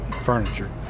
furniture